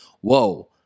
whoa